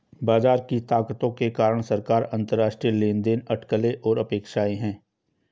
बाजार की ताकतों के कारक सरकार, अंतरराष्ट्रीय लेनदेन, अटकलें और अपेक्षाएं हैं